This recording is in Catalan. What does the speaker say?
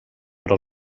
però